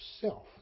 self